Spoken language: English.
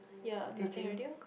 ya nothing already loh